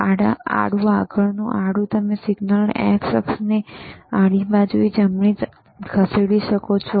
આડું આગળનું આડું તમે સિગ્નલને x અક્ષની આડી બાજુએ જમણે ખસેડી શકો છો